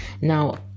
now